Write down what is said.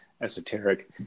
esoteric